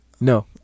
No